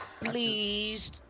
Please